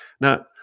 Now